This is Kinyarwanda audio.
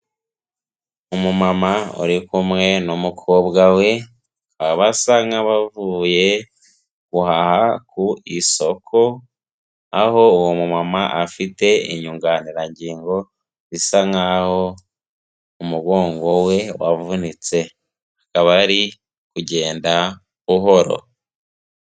Umumama uri kumwe n'umukobwa we, bakaba basa nk'abavuye guhaha ku isoko, aho uwo mumama afite inyunganirangingo bisa nkaho umugongo we wavunitse, akaba ari kugenda buhoro.